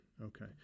okay